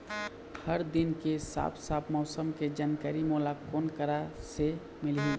हर दिन के साफ साफ मौसम के जानकारी मोला कोन करा से मिलही?